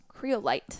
creolite